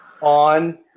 on